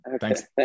thanks